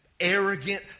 arrogant